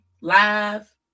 live